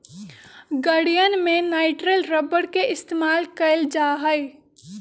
गड़ीयन में nitrile rubber के इस्तेमाल कइल जा हई